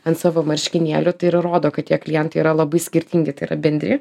ant savo marškinėlių tai ir rodo kad tie klientai yra labai skirtingi tai yra bendri